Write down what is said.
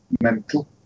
mental